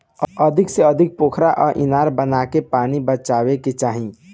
अधिका से अधिका पोखरा आ इनार बनाके पानी बचावे के चाही